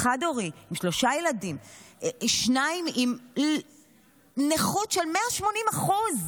לעשות ש-2% מהדיור שנבנה יהפוך, זה לא עבד.